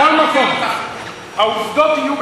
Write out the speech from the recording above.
בכל מקום, העובדות יהיו,